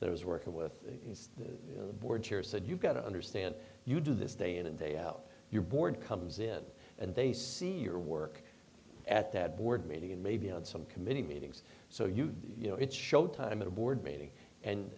that was working with the board chair said you've got to understand you do this day in and day out your board comes in and they see your work at that board meeting and maybe on some committee meetings so you you know it's show time at a board meeting and